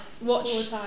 watch